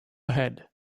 ahead